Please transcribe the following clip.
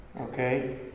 Okay